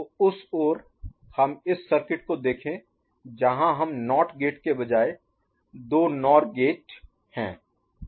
तो उस ओर हम इस सर्किट को देखें जहां हम नॉट गेट के बजाय दो नॉर गेट हैं